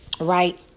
right